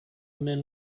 men